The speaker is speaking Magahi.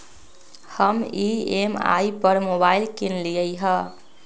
हम ई.एम.आई पर मोबाइल किनलियइ ह